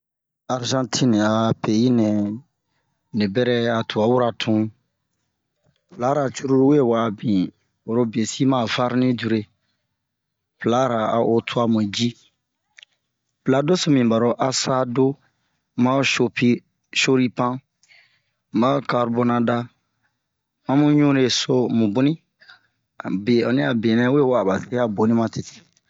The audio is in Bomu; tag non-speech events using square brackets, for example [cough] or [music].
Arzantine a peyi nɛ ni bɛrɛ a tuɓaɓura tun pla-ra curulu we wa'a bin oro biyesi ma a farni dure plara a o tuwa mu ji [noise] plq doso mibin ɓaro asado maho shopiye- shoripan ma ho karbonada amu ɲunle so mu boni abe onni a benɛ we wa'a ɓa se a boni matete